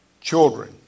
Children